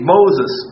Moses